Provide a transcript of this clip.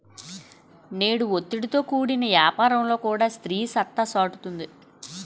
నేడు ఒత్తిడితో కూడిన యాపారంలో కూడా స్త్రీ సత్తా సాటుతుంది